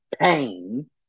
pain